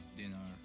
dinner